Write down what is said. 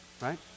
right